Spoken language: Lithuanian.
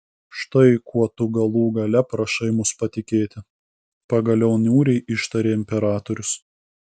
štai kuo tu galų gale prašai mus patikėti pagaliau niūriai ištarė imperatorius